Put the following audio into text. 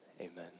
amen